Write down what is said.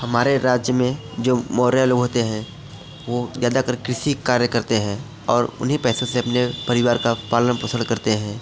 हमारे राज्य में जो मौर्य लोग होते हैं वह ज़्यादातर कृषि कार्य करते हैं और उन्हीं पैसों से अपने परिवार का पालन पोषण करते हैं